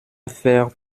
faire